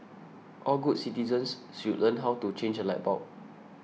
all good citizens should learn how to change a light bulb